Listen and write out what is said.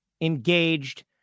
engaged